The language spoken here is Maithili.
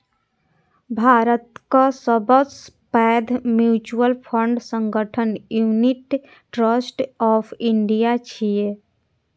भारतक सबसं पैघ म्यूचुअल फंड संगठन यूनिट ट्रस्ट ऑफ इंडिया छियै